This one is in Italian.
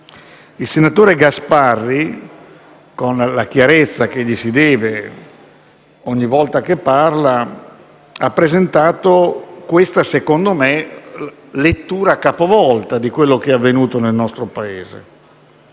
Il senatore Gasparri, con la chiarezza che gli si deve ogni volta che parla, ha presentato questa lettura, secondo me capovolta, di quanto avvenuto nel nostro Paese.